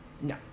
No